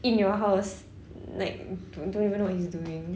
in your house like don't don't even know what he's doing